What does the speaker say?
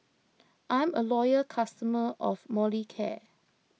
I'm a loyal customer of Molicare